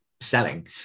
selling